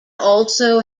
also